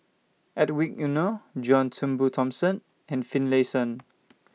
Hedwig Anuar John Turnbull Thomson and Finlayson